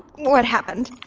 what happened?